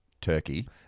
turkey